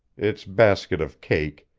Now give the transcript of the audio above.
its basket of cake,